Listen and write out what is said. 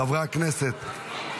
חברי הכנסת,